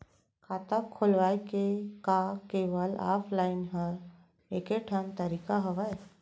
खाता खोलवाय के का केवल ऑफलाइन हर ऐकेठन तरीका हवय?